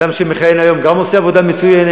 אדם שמכהן היום גם עושה עבודה מצוינת.